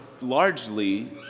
largely